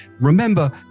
remember